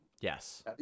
yes